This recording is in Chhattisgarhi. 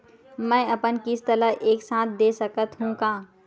मै अपन किस्त ल एक साथ दे सकत हु का?